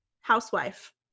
housewife